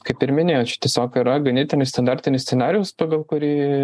kaip ir minėjo čia tiesiog yra ganėtinai standartinis scenarijus pagal kurį